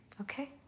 Okay